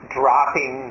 dropping